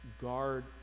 guard